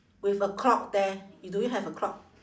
with a clock there do you have a clock